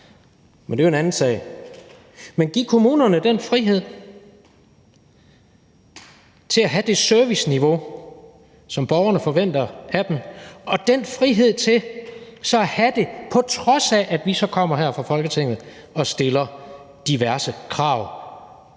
Men det er jo en anden sag. Men giv kommunerne den frihed til at have det serviceniveau, som borgerne forventer af dem, og den frihed til så at have det, på trods af at vi så kommer her fra Folketinget og stiller diverse krav,